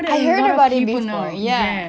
I heard about it ya